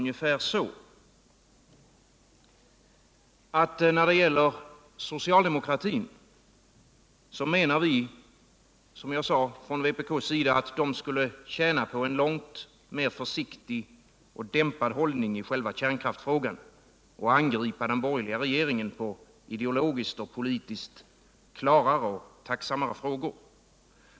Som jag sade skulle socialdemokraterna enligt vpk tjäna på en långt mer försiktig och dämpad hållning i själva kärnkralhtfrågan och angripa den borgerliga regeringen på ideologiskt klarare och mera tacksamma frågor.